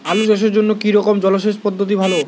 আলু চাষের জন্য কী রকম জলসেচ পদ্ধতি ভালো?